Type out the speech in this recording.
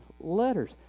letters